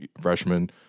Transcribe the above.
freshman